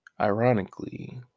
Ironically